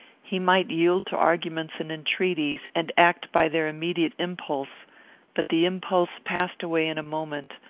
he might yield to arguments and entreaties, and act by their immediate impulse but the impulse passed away in a moment,